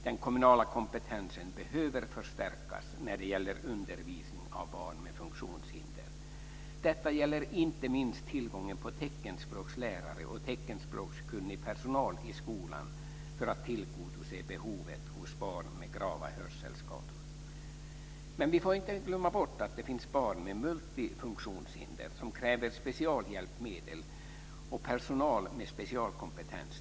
Den kommunala kompetensen behöver förstärkas när det gäller undervisning av barn med funktionshinder. Detta gäller inte minst tillgången på teckenspråkslärare och teckenspråkskunnig personal i skolan för att tillgodose behovet hos barn med grava hörselskador. Men vi får inte glömma bort att det finns barn med multifunktionshinder som kräver specialhjälpmedel och personal med specialkompetens.